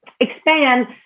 Expand